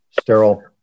sterile